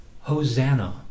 Hosanna